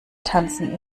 tanzen